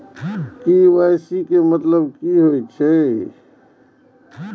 KYC के मतलब कि होई छै?